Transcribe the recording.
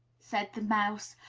said the mouse,